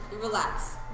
relax